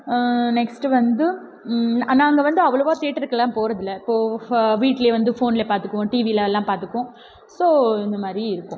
next வந்து நாங்கள் வந்து அவ்வளோவா தேட்டருக்கெல்லாம் போவதில்ல இப்போது வீட்டிலே வந்து ஃபோனில் பார்த்துக்குவோம் டிவியெலலாம் பார்த்துப்போம் ஸோ இந்த மாதிரி இருக்கும்